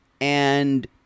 and-